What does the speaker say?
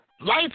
Life